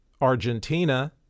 Argentina